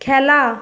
খেলা